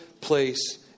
place